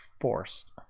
forced